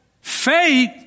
faith